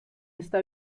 esta